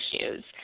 issues